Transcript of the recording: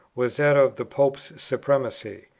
was that of the pope's supremacy.